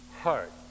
heart